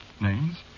Names